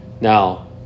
Now